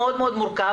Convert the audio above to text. האלה,